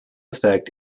effect